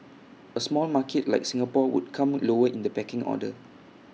A small market like Singapore would come lower in the pecking order